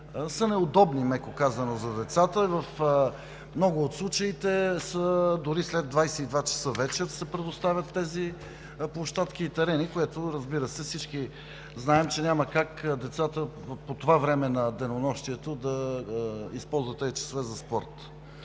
са неудобни, меко казано, за децата. В много от случаите дори след 22,00 ч. вечер се предоставят тези площадки и терени, което, разбира се, всички знаем, че няма как децата по това време на денонощието да използват тези места за спорт.